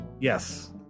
Yes